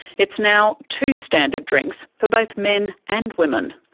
it's now two standard drinks for both men and women.